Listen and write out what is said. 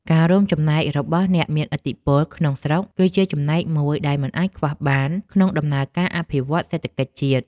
ការរួមចំណែករបស់អ្នកមានឥទ្ធិពលក្នុងស្រុកគឺជាចំណែកមួយដែលមិនអាចខ្វះបានក្នុងដំណើរការអភិវឌ្ឍសេដ្ឋកិច្ចជាតិ។